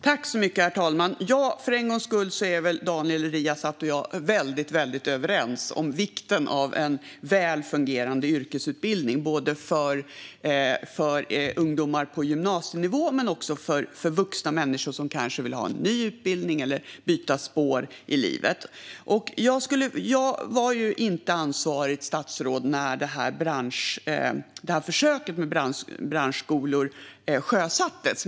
Herr talman! För en gångs skull är Daniel Riazat och jag väldigt överens. Vi är överens om vikten av en väl fungerande yrkesutbildning både för ungdomar på gymnasienivå och för vuxna människor som kanske vill ha en ny utbildning eller vill byta spår i livet. Jag var inte ansvarigt statsråd när försöket med branschskolor sjösattes.